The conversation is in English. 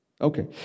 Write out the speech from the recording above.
okay